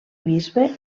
bisbe